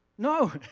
No